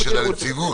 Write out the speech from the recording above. בניגוד לחוק.